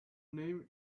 name